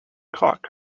cock